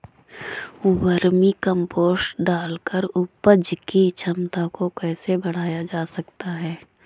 Vermi compost डालकर उपज की क्षमता को कैसे बढ़ाया जा सकता है?